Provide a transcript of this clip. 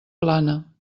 plana